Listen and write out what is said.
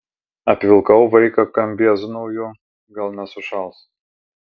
apvilkau vaiką kambiezu nauju gal nesušals